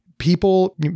People